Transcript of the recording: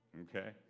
Okay